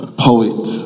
poet